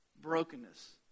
brokenness